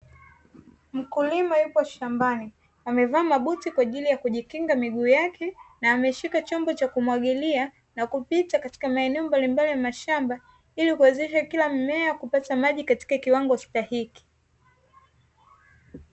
Mkulima yupo shambani amevaa mabuti kwa ajili ya kujikinga miguu yake na ameshika chombo cha kumwagilia na kupita katika maeneo mbalimbali ya mashamba, ili kuwezesha kila mmea kupata maji katika kiwango stahiki.